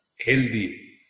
Healthy